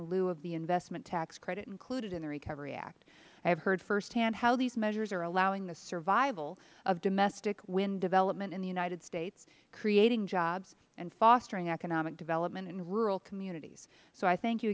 lieu of the investment tax credit included in the recovery act i have heard firsthand how these measures are allowing the survival of domestic wind development in the united states creating jobs and fostering economic development in rural communities so i thank you